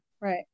Right